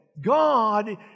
God